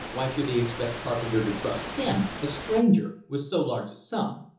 why should he expect carpenter to trust him, a stranger, with so large a sum?